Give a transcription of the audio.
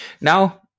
Now